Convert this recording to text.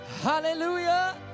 Hallelujah